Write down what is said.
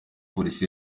polisi